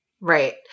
Right